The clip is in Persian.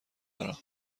دارم